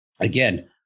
Again